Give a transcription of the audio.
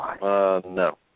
No